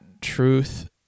truth